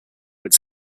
its